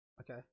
Okay